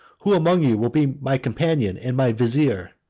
who among you will be my companion and my vizier?